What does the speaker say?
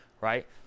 right